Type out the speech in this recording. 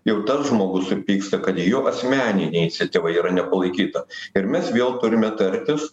jau tas žmogus supyksta kad jo asmeninė iniciatyva yra nepalaikyta ir mes vėl turime tartis